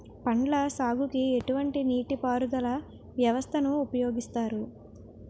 పండ్ల సాగుకు ఎటువంటి నీటి పారుదల వ్యవస్థను ఉపయోగిస్తారు?